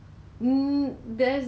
err there's nothing wrong with that